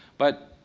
but,